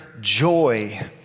joy